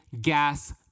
gas